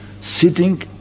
sitting